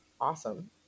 awesome